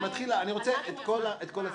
אני רוצה את כל הסעיפים,